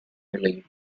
riley